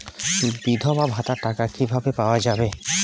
বিধবা ভাতার টাকা কিভাবে পাওয়া যাবে?